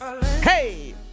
Hey